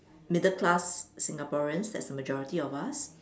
middle class Singaporeans that's the majority of us